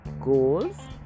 goals